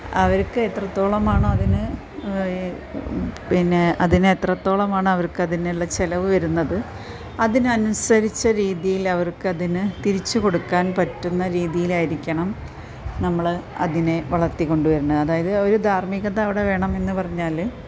അവർക്ക് എത്രത്തോളമാണോ അതിന് പിന്നെ അതിന് എത്രത്തോളം ആണ് അവർക്കതിനുള്ള ചിലവ് വരുന്നത് അതിനനുസരിച്ച രീതിയിൽ അവർക്കതിന് തിരിച്ചു കൊടുക്കാൻ പറ്റുന്ന രീതിയിൽ ആയിരിക്കണം നമ്മൾ അതിനെ വളർത്തിക്കൊണ്ടു വരുന്നത് അതായത് ഒരു ധാർമികത അവിടെ വേണമെന്ന് പറഞ്ഞാൽ